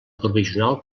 provisional